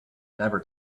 never